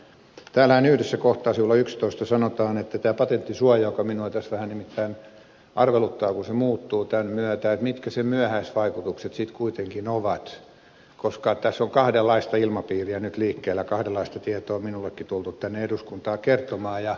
tänään yhdessä kohtaa sulle ykstoista sanotaan tämä patenttisuoja minua tässä vähän arveluttaa kun se muuttuu tämän myötä mitkä sen myöhäisvaikutukset sitten kuitenkin ovat koska tässä on kahdenlaista ilmapiiriä nyt liikkeellä kahdenlaista tietoa minullekin tultu tänne eduskuntaan kertomaan